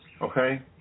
Okay